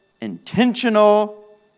intentional